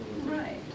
Right